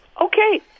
Okay